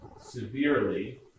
severely